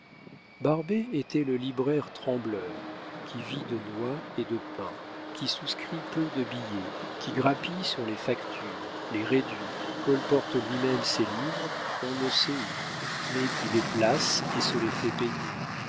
barbet était le libraire trembleur qui vit de noix et de pain qui souscrit peu de billets qui grappille sur les factures les réduit colporte lui-même ses livres on ne sait où mais qui les place et se les fait payer